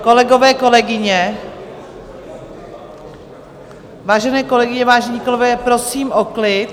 Kolegové, kolegyně, vážené kolegyně, vážení kolegové, prosím o klid!